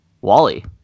wally